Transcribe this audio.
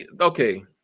Okay